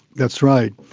that's right.